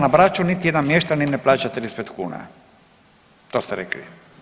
na Braču niti jedan mještanin ne plaća 35 kuna, to ste rekli?